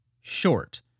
short